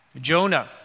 Jonah